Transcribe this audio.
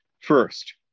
First